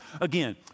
again